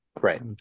Right